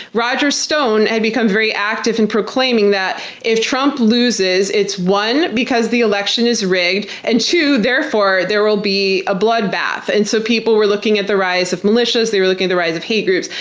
roger stone had become very active in proclaiming that if trump loses it's, one, because the election is rigged, and two, therefore there will be a bloodbath. and so people were looking at the rise of militias they were looking at the rise of hate groups,